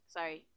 Sorry